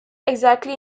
exactly